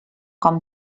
com